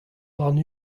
warn